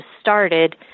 started